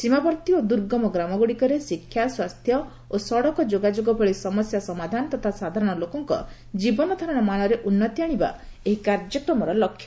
ସୀମାବର୍ତ୍ତୀ ଓ ଦୁର୍ଗମ ଗ୍ରାମଗୁଡ଼ିକରେ ଶିକ୍ଷା ସ୍ୱାସ୍ଥ୍ୟ ଓ ସଡ଼କ ଯୋଗାଯୋଗ ଭଳି ସମସ୍ୟା ସମାଧାନ ତଥା ସାଧାରଣ ଲୋକଙ୍କ ଜୀବନ ଧାରଣ ମାନରେ ଉନ୍ନତି ଆଶିବା ଏହି କାର୍ଯ୍ୟକ୍ରମର ଲକ୍ଷ୍ୟ